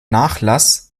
nachlass